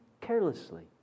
carelessly